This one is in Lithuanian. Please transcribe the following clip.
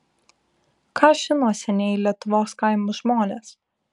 ką žino senieji lietuvos kaimo žmonės